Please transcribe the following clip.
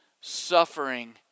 suffering